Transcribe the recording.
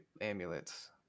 amulets